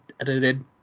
edited